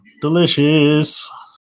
Delicious